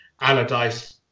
Allardyce